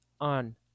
on